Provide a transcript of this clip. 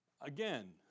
again